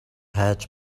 хайж